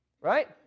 right